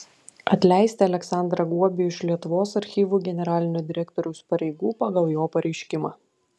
atleisti aleksandrą guobį iš lietuvos archyvų generalinio direktoriaus pareigų pagal jo pareiškimą